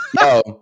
No